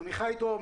עמיחי דרורי,